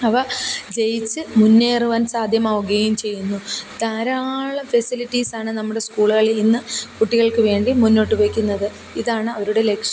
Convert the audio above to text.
അവ ജയിച്ചു മുന്നേറുവാൻ സാധ്യമാവുകയും ചെയ്യുന്ന ധാരാളം ഫെസിലിറ്റീസ് ആണ് നമ്മുടെ സ്കൂളുകളിൽ ഇന്ന് കുട്ടികൾക്ക് വേണ്ടി മുന്നോട്ട് വയ്ക്കുന്നത് ഇതാണ് അവരുടെ ലക്ഷ്യം